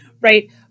right